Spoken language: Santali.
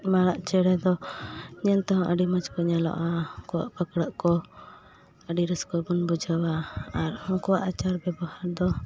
ᱢᱟᱨᱟᱜ ᱪᱮᱬᱮ ᱫᱚ ᱧᱮᱞ ᱛᱮᱦᱚᱸ ᱟᱹᱰᱤ ᱢᱚᱡᱽ ᱠᱚ ᱧᱮᱞᱚᱜᱼᱟ ᱟᱠᱚᱣᱟᱜ ᱯᱷᱟᱺᱠᱲᱟᱹᱜ ᱠᱚ ᱟᱹᱰᱤ ᱨᱟᱹᱥᱠᱟᱹ ᱵᱚᱱ ᱵᱩᱡᱷᱟᱹᱣᱟ ᱟᱨ ᱩᱝᱠᱩᱣᱟᱜ ᱟᱪᱟᱨ ᱵᱮᱵᱚᱦᱟᱨ ᱫᱚ